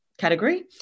category